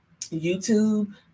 YouTube